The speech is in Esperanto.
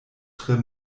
tre